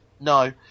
No